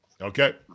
Okay